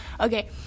okay